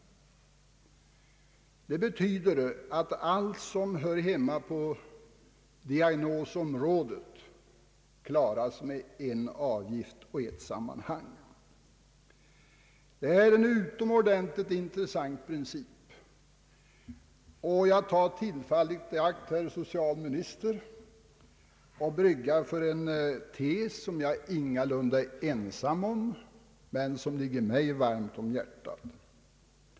Detta betyder att allt som hör hemma på diagnosområdet klaras av med en avgift och i ett sammanhang. Det är en utomordentligt intressant princip som det här är fråga om, och jag tar tillfället i akt, herr socialminister, att lovorda en tes som jag ingalunda är ensam om men som ligger mig varmt om hjärtat.